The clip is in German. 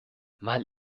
mal